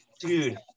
dude